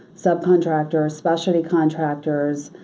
subcontractors, specialty contractors,